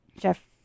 Jeff